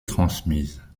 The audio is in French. transmises